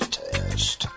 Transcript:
test